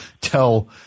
tell